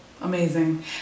amazing